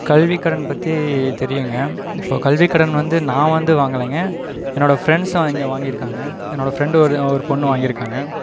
கல்விக் கடன் பற்றி தெரியுங்க ஸோ கல்விக் கடன் வந்து நான் வந்து வாங்கலைங்க என்னோட ஃப்ரெண்ட்ஸ் அவங்க வாங்கியிருக்காங்க என்னோடய ஃப்ரெண்டு ஒரு ஒரு பொண்ணு வாங்கியிருக்காங்க